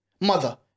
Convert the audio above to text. mother